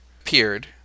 appeared